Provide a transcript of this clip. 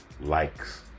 likes